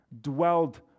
dwelled